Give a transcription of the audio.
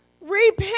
Repent